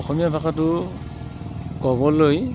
অসমীয় ভাষাটো ক'বলৈ